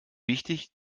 wichtig